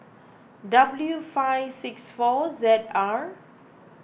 W five six four Z R